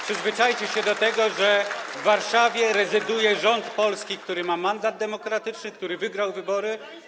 Przyzwyczajcie się do tego, że w Warszawie rezyduje polski rząd, który ma mandat demokratyczny, który wygrał wybory.